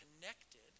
connected